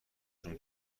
جون